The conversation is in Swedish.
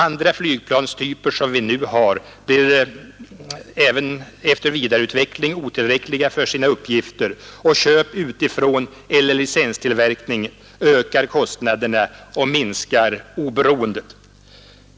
Andra flygplanstyper som vi nu har är även efter vidareutveckling otillräckliga för sina uppgifter, och köp utifrån eller licenstillverkning ökar kostnaderna och minskar oberoendet.